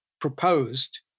proposed